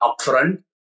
upfront